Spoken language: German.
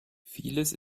vieles